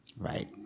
right